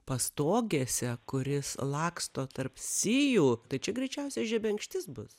pastogėse kuris laksto tarp sijų tai čia greičiausia žebenkštis bus